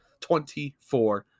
24